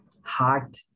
heart